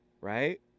Right